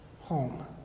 home